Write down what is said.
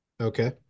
Okay